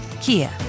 Kia